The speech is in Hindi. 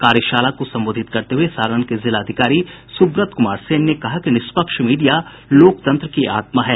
कार्यशाला को संबोधित करते हुए सारण के जिलाधिकारी सुब्रत कुमार सेन ने कहा कि निष्पक्ष मीडिया लोकतंत्र की आत्मा है